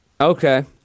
Okay